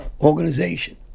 organization